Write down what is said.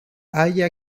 haya